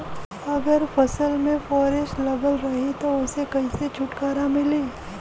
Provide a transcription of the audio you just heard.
अगर फसल में फारेस्ट लगल रही त ओस कइसे छूटकारा मिली?